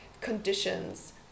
conditions